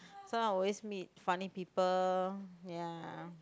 sometime always meet funny people ya